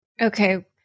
Okay